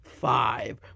five